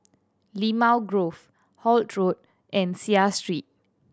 Limau Grove Holt Road and Seah Street